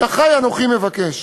"את אחי אנֹכי מבקש".